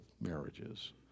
marriages